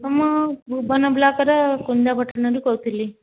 ହଁ ମୁଁ ଭୁବନ ବ୍ଲକର କୁଞ୍ଜପଟଣାରୁ କହୁଥିଲି